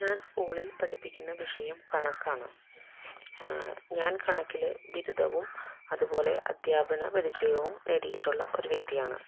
ഞാന് സ്കൂളില് പഠിപ്പിക്കുന്ന വിഷയം കണക്കാണ് ഞാന് കണക്കിൽ ബിരുദവും അതുപോലെ അധ്യാപന പരിചയവും നേടിയിട്ടുള്ള ഒരു വ്യക്തിയാണ്